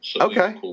Okay